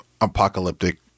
Apocalyptic